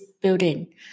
building